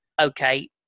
okay